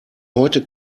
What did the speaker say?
heute